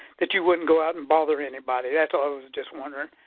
that you wouldn't go out and bother anybody. that's all i was just wondering.